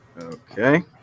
Okay